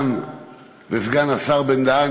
ארדן וסגן השר בן-דהן,